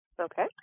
Okay